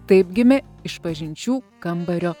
taip gimė išpažinčių kambario